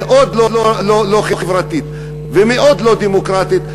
מאוד לא חברתית ומאוד לא דמוקרטית,